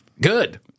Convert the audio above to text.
Good